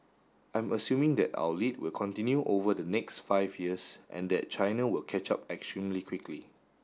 I'm assuming that our lead will continue over the next five years and that China will catch up extremely quickly